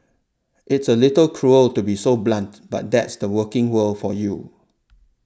it's a little cruel to be so blunt but that's the working world for you